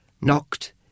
knocked